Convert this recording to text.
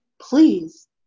Please